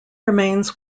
remains